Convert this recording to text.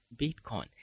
Bitcoin